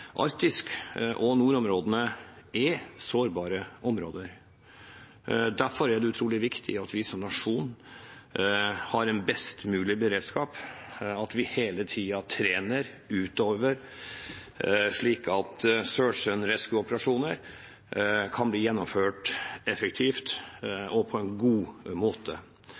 vi som nasjon har en best mulig beredskap, at vi hele tiden trener slik at «search and rescue»-operasjoner kan bli gjennomført effektivt og på en god måte.